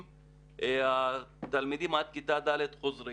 ואם התלמידים עד כיתה ד' חוזרים